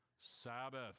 Sabbath